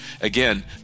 Again